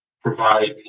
provide